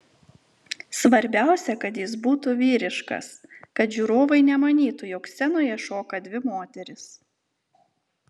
svarbiausia kad jis būtų vyriškas kad žiūrovai nemanytų jog scenoje šoka dvi moterys